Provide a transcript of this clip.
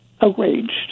outraged